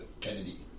Kennedy